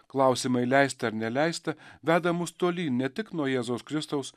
klausimai leista ar neleista veda mus tolyn ne tik nuo jėzaus kristaus